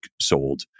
sold